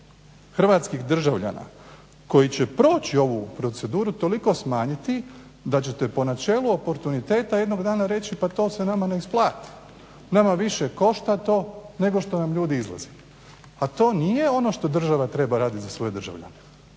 hrvatskih državljana koji će proći ovu proceduru toliko smanjiti da ćete po načelu oportuniteta jednog dana reći pa to se nama ne isplati. Nama više košta to nego što nam ljudi izlaze. A to nije ono što država treba radit za svoje državljane.